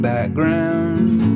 background